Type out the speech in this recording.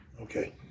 Okay